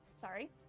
Sorry